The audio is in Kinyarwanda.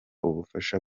ubufasha